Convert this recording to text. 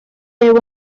byw